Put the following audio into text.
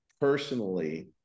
personally